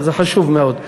זה חשוב מאוד.